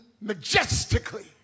majestically